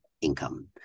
income